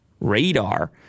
radar